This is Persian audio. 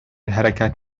حرکت